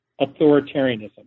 authoritarianism